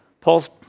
Paul's